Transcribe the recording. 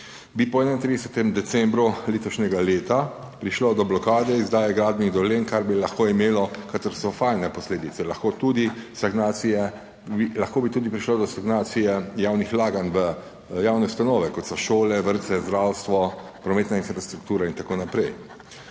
bi po 31. decembru letošnjega leta prišlo do blokade izdaje gradbenih dovoljenj, kar bi lahko imelo katastrofalne posledice, lahko tudi stagnacije, lahko bi tudi prišlo do stagnacije javnih vlaganj v javne ustanove, kot so šole, vrtce, zdravstvo, prometna infrastruktura in tako naprej.